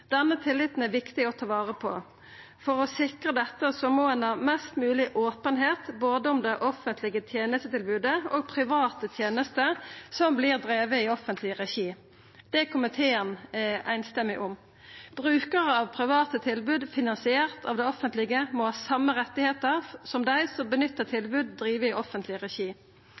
Denne tilliten er det viktig å ta vare på. For å sikra dette må ein ha mest mogleg openheit om både det offentlege tenestetilbodet og private tenester som vert drivne i offentleg regi. Det er komiteen samrøystes om. Brukarar av private tilbod som er finansierte av det offentlege, må ha same rettar som dei som nyttar tilbod som er drivne i offentleg regi.